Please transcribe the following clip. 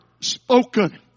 spoken